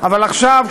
אבל עכשיו,